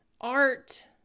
art